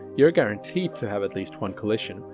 you are guaranteed to have at least one collision,